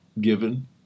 given